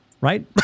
right